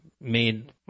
made